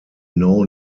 know